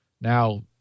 Now